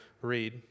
read